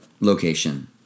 location